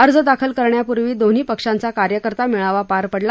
अर्ज दाखल करण्यापूर्वी दोन्ही पक्षांचा कार्यकर्ता मेळावा पार पडला